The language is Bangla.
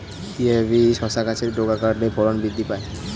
কিভাবে শসা গাছের ডগা কাটলে ফলন বৃদ্ধি পায়?